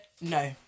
No